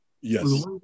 Yes